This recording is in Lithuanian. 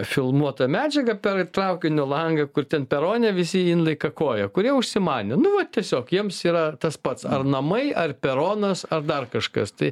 filmuotą medžiagą per traukinio langą kur ten perone visi indai kakoja kurie užsimanė nu va tiesiog jiems yra tas pats ar namai ar peronas ar dar kažkas tai